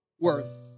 worth